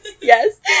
Yes